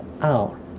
out